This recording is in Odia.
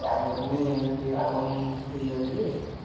ହଉ ନାଇଁ ଆଜ୍ଞା ଟିକେ କମ୍ ହେଇଯାଉଛେ